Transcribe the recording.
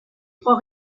trois